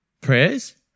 Prayers